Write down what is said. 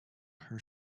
her